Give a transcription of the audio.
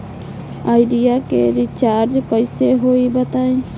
Idea के recharge कइसे होई बताईं?